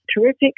terrific